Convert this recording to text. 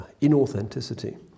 inauthenticity